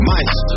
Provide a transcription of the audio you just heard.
Mice